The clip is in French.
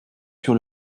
sur